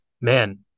man